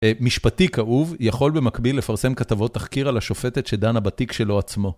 משפטי כאוב יכול במקביל לפרסם כתבות תחקיר על השופטת שדנה בתיק שלו עצמו.